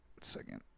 second